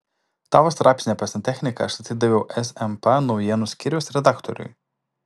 tavo straipsnį apie santechniką aš atidaviau smp naujienų skyriaus redaktoriui